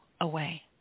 away